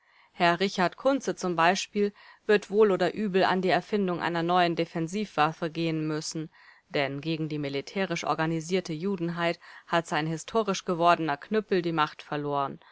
herr richard kunze z b wird wohl oder übel an die erfindung einer neuen defensivwaffe gehen müssen denn gegen die militärisch organisierte judenheit hat sein historisch gewordener knüppel die macht verloren